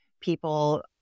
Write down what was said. people